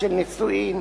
של נישואין.